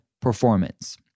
performance